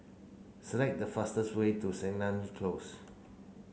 select the fastest way to Sennett Close